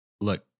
Look